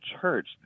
church